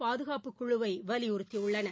பாதுகாப்பு குழுவைவலியுறுத்தியுள்ளன